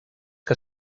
que